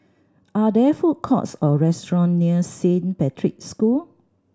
are there food courts or restaurant near Saint Patrick's School